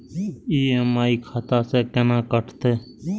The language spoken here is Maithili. ई.एम.आई खाता से केना कटते?